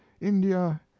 India